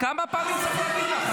כמה פעמים צריך להגיד לך?